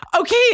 Okay